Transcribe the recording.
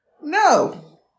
No